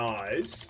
eyes